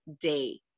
day